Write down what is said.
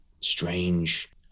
strange